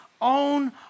own